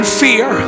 fear